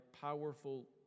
powerful